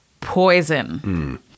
poison